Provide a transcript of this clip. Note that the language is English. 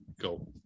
go